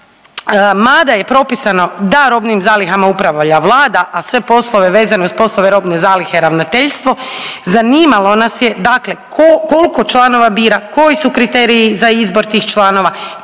mada je propisano da robnim zalihama upravlja Vlada, a sve poslove vezane uz poslove robne zalihe Ravnateljstvo zanimalo nas je dakle tko koliko članova bira, koji su kriteriji za izbor tih članova,